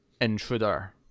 Intruder